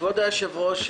כבוד היושב-ראש,